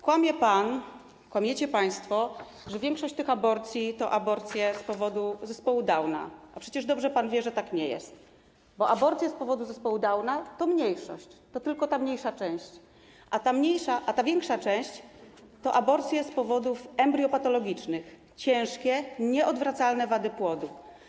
Kłamie pan, kłamiecie państwo, że większość tych aborcji to aborcje z powodu zespołu Downa, a przecież dobrze pan wie, że tak nie jest, bo aborcje z powodu zespołu Downa to mniejszość, to tylko ta mniejsza część, a ta większa część to aborcje z powodów embriopatologicznych - ciężkie, nieodwracalne wady płodu.